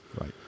right